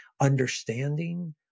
understanding